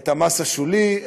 את המס השולי.